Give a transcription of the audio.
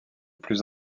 plus